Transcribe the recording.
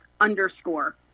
underscore